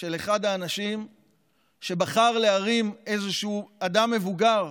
של אחד האנשים שבחר להרים איזשהו אדם מבוגר,